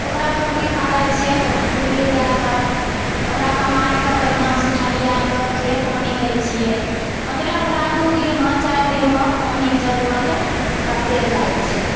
ओकरा खुरपी पाड़ैत छियै खुरपी दए कऽ ओकरा कमाए कऽ बढ़िआँसँ थलिआए कऽ फेर पानि दै छियै मतलब ओकरा दू दिनमे चारि दिनमे पानि कऽ जरूरत पड़ते जाइत छै